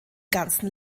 ganzen